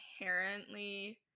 inherently